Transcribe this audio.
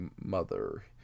mother